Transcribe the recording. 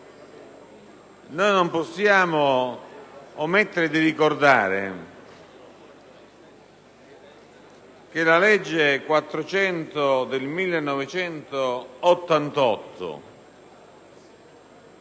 Non possiamo omettere di ricordare che la legge n. 400 del 1988